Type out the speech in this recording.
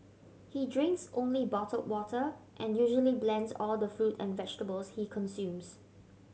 he drinks only bottled water and usually blends all the fruit and vegetables he consumes